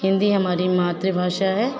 हिन्दी हमारी मातृभाषा है